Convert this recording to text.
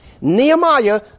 Nehemiah